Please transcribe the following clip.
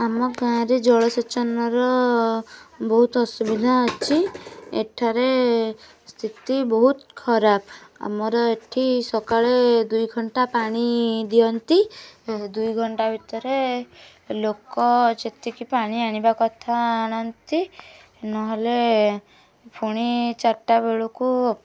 ଆମ ଗାଁ ରେ ଜଳ ସେଚନର ବହୁତ ଅସୁବିଧା ଅଛି ଏଠାରେ ସ୍ଥିତି ବହୁତ ଖରାପ ଆମର ଏଇଠି ସକାଳେ ଦୁଇ ଘଣ୍ଟା ପାଣି ଦିଅନ୍ତି ଦୁଇ ଘଣ୍ଟା ଭିତରେ ଲୋକ ଯେତିକି ପାଣି ଆଣିବା କଥା ଆଣନ୍ତି ନହେଲେ ଫୁଣି ଚାରି ଟା ବେଳକୁ